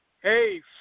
Hey